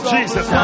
Jesus